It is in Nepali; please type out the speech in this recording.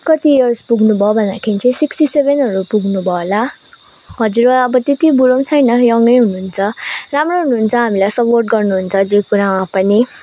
कति इयर्स पुग्नुभयो भन्दाखेरि चाहिँ सिक्सटी सेभेनहरू पुग्नुभयो होला हजुरबा अब त्यति बुढो पनि छैन यङ नै हुनुहुन्छ राम्रो हुनुहुन्छ हामीलाई सपोर्ट गर्नुहुन्छ जे कुरामा पनि